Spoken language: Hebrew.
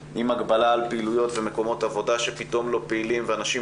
אם הגבלה על פעילויות במקומות עבודה שפתאום לא פעילים ולאנשים